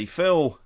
Phil